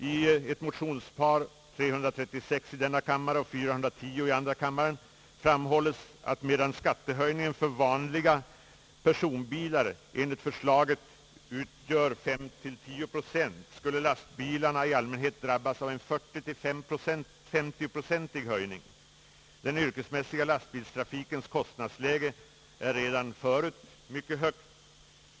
I motioner i denna fråga framhålles, att medan skattehöjningen för vanliga personbilar enligt förslaget utgör 5—10 procent skulle lastbilarna i allmänhet drabbas av en 40—50-procentig höjning. Den yrkesmässiga lastbilstrafikens kostnadsläge är redan förut mycket högt.